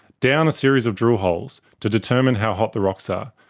down a series of drill holes to determine how hot the rocks are.